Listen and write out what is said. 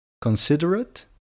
considerate